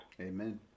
Amen